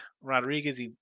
Rodriguez